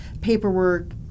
paperwork